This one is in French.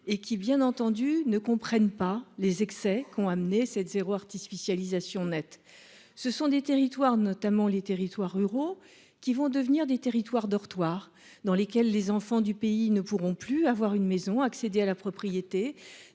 et qui bien entendu ne comprennent pas les excès qui ont amené cette zéro artificialisation nette. Ce sont des territoires notamment les territoires ruraux qui vont devenir des territoires dortoir dans lesquels les enfants du pays ne pourront plus avoir une maison à accéder à la propriété